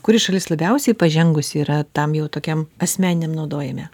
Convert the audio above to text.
kuri šalis labiausiai pažengusi yra tam jau tokiam asmeniniam naudojame